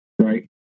right